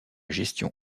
gestion